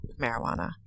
marijuana